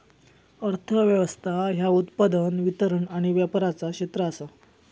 अर्थ व्यवस्था ह्या उत्पादन, वितरण आणि व्यापाराचा क्षेत्र आसा